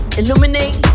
illuminate